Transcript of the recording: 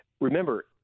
remember